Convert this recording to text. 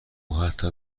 حتی